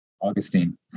Augustine